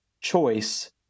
choice